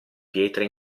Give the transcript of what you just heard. pietre